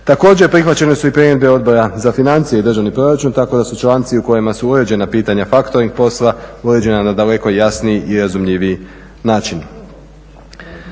Također prihvaćene su i primjedbe Odbora za financije i državni proračun tako da su članci u kojima su uređena pitanja faktoring posla uređena na daleko jasniji i razumljiviji način.